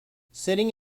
sitting